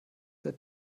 der